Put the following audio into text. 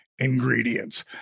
Ingredients